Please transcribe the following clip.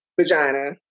vagina